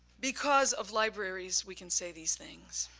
because of libraries we can say these things.